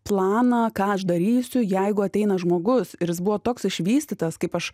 planą ką aš darysiu jeigu ateina žmogus ir buvo toks išvystytas kaip aš